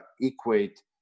equate